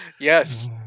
Yes